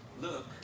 look